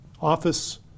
office